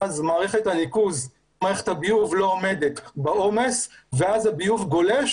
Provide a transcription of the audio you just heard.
מערכת הביוב לא עומדת בעומס ואז הביוב גולש